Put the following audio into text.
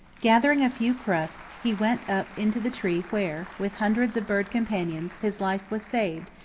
gathering a few crusts, he went up into the tree where, with hundreds of bird companions, his life was saved,